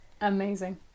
amazing